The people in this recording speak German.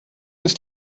ist